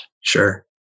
Sure